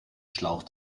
schlauch